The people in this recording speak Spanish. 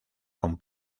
con